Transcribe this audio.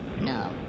No